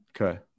Okay